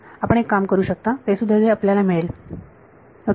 आपण एक काम करू शकता तेसुद्धा जे आपल्याला मिळेल ओके